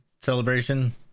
celebration